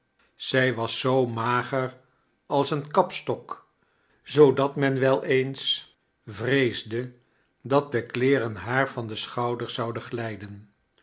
zij was zoo magea als een kapstok zoodat men wel eens vreesde dat de kleeren haar van de schouders zoaiden